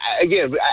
again